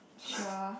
sure